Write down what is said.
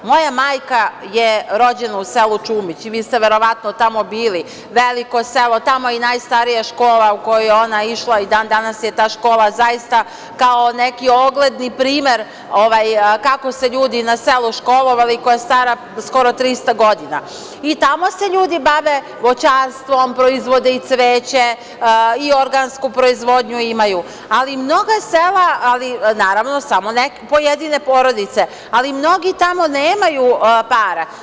Moja majka je rođena u selu Čumić i vi ste verovatno tamo bili, veliko selo, tamo je i najstarija škola u koju je ona išla i dan danas je ta škola zaista kao neki ogledni primer kako su se ljudi na selu školovali koja je stara skoro 300 godina i tamo se ljudi bave voćarstvom, proizvode i cveće i organsku proizvodnju imaju, ali mnoga sela, naravno samo ne pojedine porodice, ali mnogi tamo nemaju para.